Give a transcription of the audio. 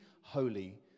holy